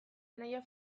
anaia